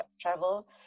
travel